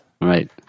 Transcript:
Right